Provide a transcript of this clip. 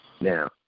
Now